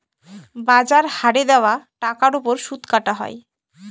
বাজার হারে দেওয়া টাকার ওপর সুদ কাটা হয়